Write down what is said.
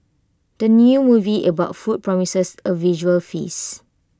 the new movie about food promises A visual feast